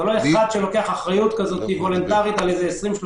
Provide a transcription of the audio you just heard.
זה לא אחד שלוקח אחריות וולונטרית על 20,